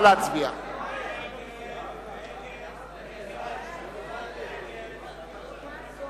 ההצעה להסיר מסדר-היום את הצעת חוק לתיקון פקודת